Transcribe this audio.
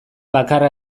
bakarra